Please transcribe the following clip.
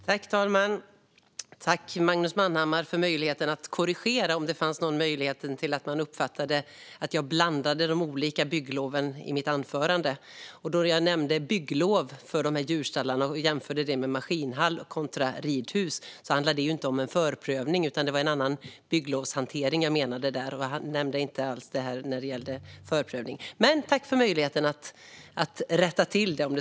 Fru talman! Tack, Magnus Manhammar, för möjligheten att korrigera, om det nu var någon som uppfattade att jag blandade ihop de olika byggloven i mitt anförande. Jag nämnde bygglov för djurstallar och jämförde vad som gäller för en maskinhall respektive ett ridhus, men det handlade inte om förprövning, utan det var en annan bygglovshantering jag menade där. Men tack för att jag fick möjligheten att rätta till det!